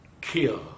kill